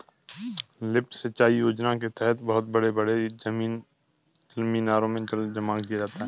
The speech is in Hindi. लिफ्ट सिंचाई योजना के तहद बहुत बड़े बड़े जलमीनारों में जल जमा किया जाता है